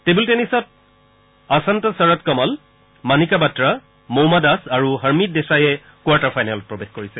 table টেনিচত আচান্তা চৰত কমল মণিকা বাট্টা মৌমা দাস আৰু হৰমিট দেশাইয়ে কোৱাৰ্টাৰ ফাইনেলত প্ৰৱেশ কৰিছে